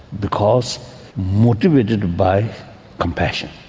because motivated by compassion.